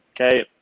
Okay